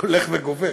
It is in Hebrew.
הולך וגובר.